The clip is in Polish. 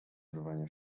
urwania